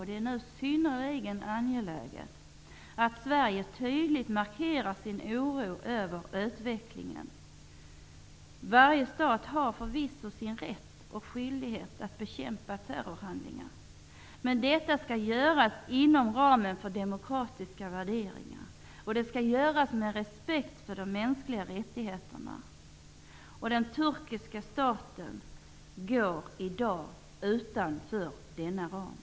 Det är synnerligen angeläget att Sverige tydligt markerar sin oro över utvecklingen. Varje stat har förvisso sin rätt och skyldighet att bekämpa terrorhandlingar, men detta skall göras inom ramen för demokratiska värderingar och med respekt för de mänskliga rättigheterna. Den turkiska staten går i dag utanför denna ram.''